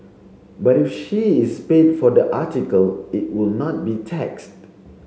but if she is paid for the article it would not be taxed